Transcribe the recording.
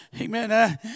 Amen